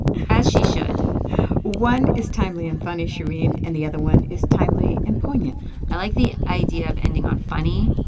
as she should one is timely and funny, shereen. and the other one is timely and poignant i like the idea of ending on funny,